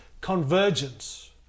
convergence